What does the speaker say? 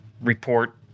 report